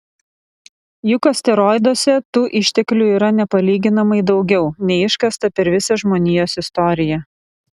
juk asteroiduose tų išteklių yra nepalyginamai daugiau nei iškasta per visą žmonijos istoriją